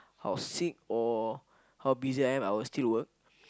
how sick or how busy I am I will still work